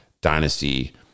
dynasty